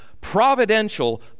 providential